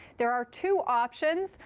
there are two options,